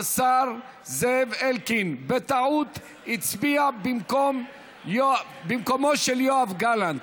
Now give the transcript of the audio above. השר זאב אלקין בטעות הצביע במקומו של יואב גלנט.